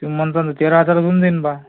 तुमी म्हणता न तेरा हजारात होऊन जाईन बा